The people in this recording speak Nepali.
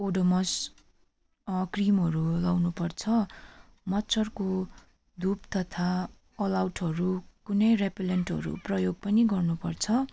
ओडोमस् क्रिमहरू लाउनुपर्छ मच्छरको धुप तथा अल आउटहरू कुनै रेपिलेन्टहरू प्रयोग पनि गर्नुपर्छ